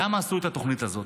למה עשו את התוכנית הזאת?